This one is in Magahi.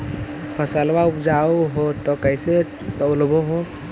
फसलबा उपजाऊ हू तो कैसे तौउलब हो?